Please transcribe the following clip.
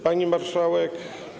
Pani Marszałek!